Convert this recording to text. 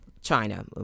China